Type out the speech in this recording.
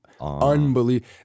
Unbelievable